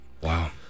wow